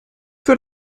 für